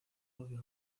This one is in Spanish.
odio